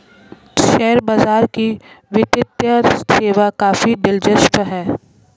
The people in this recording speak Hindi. शेयर बाजार की वित्तीय सेवा काफी दिलचस्प है